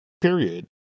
period